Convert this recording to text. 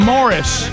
Morris